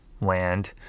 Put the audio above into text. land